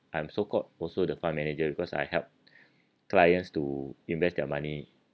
I'm so called also the fund manager because I help clients to invest their money